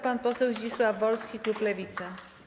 Pan poseł Zdzisław Wolski, klub Lewica.